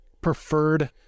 preferred